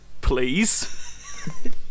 please